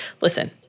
listen